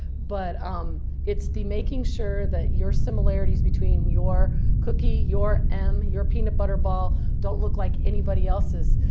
but um it's the making sure that your similarities between your cookie, your m, your peanut butter ball, don't look like anybody else's.